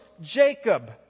Jacob